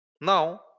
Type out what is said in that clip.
now